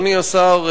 אדוני השר,